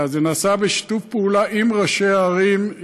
זה נעשה בשיתוף פעולה עם ראשי הערים,